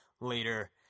later